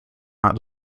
not